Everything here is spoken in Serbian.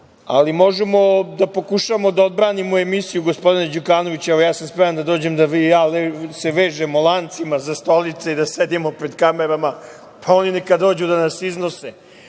ali možemo da pokušamo da odbranimo emisiju gospodina Đukanovića. Evo ja sam spreman da dođem, da se vi i ja vežemo lancima za stolice i da sedimo pred kamerama, pa oni neka dođu da nas iznose.